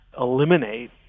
eliminate